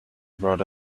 brought